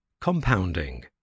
compounding